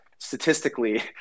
Statistically